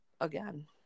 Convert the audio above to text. again